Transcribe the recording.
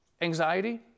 Anxiety